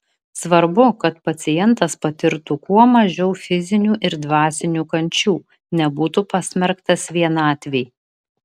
svarbu kad pacientas patirtų kuo mažiau fizinių ir dvasinių kančių nebūtų pasmerktas vienatvei